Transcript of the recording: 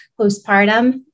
postpartum